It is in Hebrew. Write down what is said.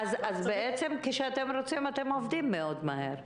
אז בעצם כשאתם רוצים אתם עובדים מאוד מהר.